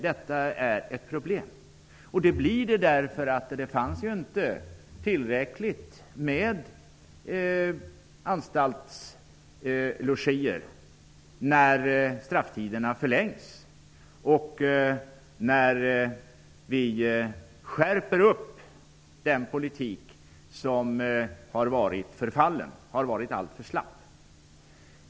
Det fanns ju inte tillräckligt med anstaltslogier när strafftiderna förlängdes, och när vi skärpte den politik som har varit förfallen och alltför slapp.